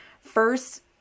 first